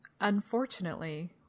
unfortunately